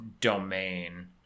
domain